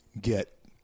get